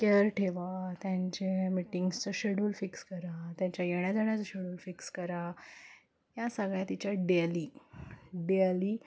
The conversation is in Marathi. केअर ठेवा त्यांचे मिटिंग्सचो शेड्यूल फिक्स करा त्यांच्या येण्याजाण्याचं शेड्यूल फिक्स करा या सगळ्या तिच्या डेअली डेअली